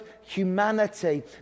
humanity